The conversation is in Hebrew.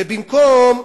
ובמקום,